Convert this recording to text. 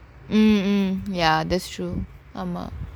mm mm ya that's true